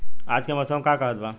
आज क मौसम का कहत बा?